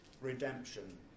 redemption